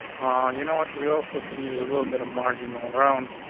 ah, you know what? we also can use a little bit of marginal around,